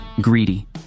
Greedy